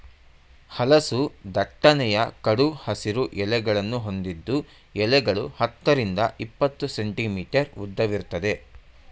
ಹಲಸು ದಟ್ಟನೆಯ ಕಡು ಹಸಿರು ಎಲೆಗಳನ್ನು ಹೊಂದಿದ್ದು ಎಲೆಗಳು ಹತ್ತರಿಂದ ಇಪ್ಪತ್ತು ಸೆಂಟಿಮೀಟರ್ ಉದ್ದವಿರ್ತದೆ